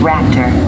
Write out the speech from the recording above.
Raptor